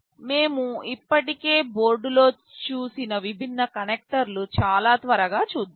మేము ఇప్పటికే బోర్డులో చూసిన విభిన్న కనెక్టర్లను చాలా త్వరగా చూద్దాం